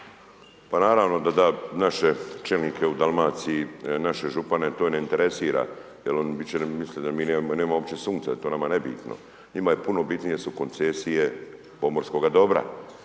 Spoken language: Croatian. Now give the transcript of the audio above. Pa naravno da da, naše čelnike u Dalmaciji, naše župane to ne interesira jer oni biti će misle da mi nemamo uopće sunca, da je to nama nebitno. Njima je puno bitnije su koncesije pomorskoga dobra,